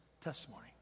testimony